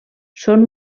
són